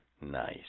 Nice